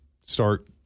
start